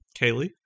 Kaylee